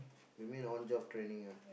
you mean on job training ah